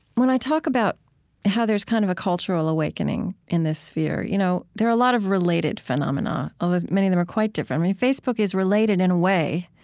when i talk about how there's kind of a cultural awakening in this sphere, you know there are a lot of related phenomena, although many of them are quite different. facebook is related in a way.